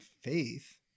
faith